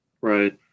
Right